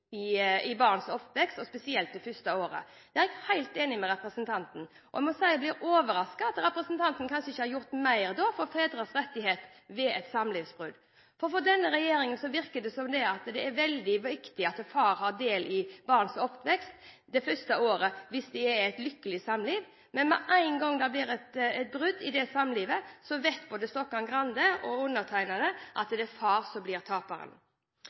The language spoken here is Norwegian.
spesielt det første året. Det er jeg helt enig med representanten i. Jeg må si jeg blir overrasket over at representanten ikke har gjort mer for fedres rettigheter ved et samlivsbrudd. For denne regjeringen virker det som om det er veldig viktig at far har del i barnas oppvekst det første året hvis det er i et lykkelig samliv, men med en gang det blir et brudd i det samlivet, vet både representanten Stokkan-Grande og jeg at det er far som blir taperen.